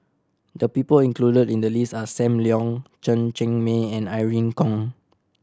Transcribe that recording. the people included in the list are Sam Leong Chen Cheng Mei and Irene Khong